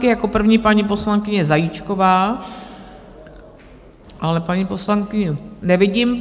Jako první paní poslankyně Zajíčková, ale paní poslankyni nevidím.